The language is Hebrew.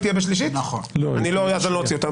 אני לא אוציא אותה.